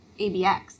ABX